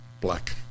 black